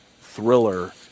thriller